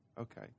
okay